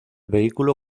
vehículo